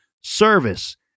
service